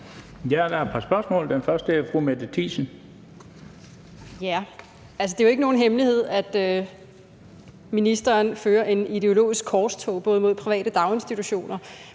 Det er jo ikke nogen hemmelighed, at ministeren fører et ideologisk korstog, både mod private daginstitutioner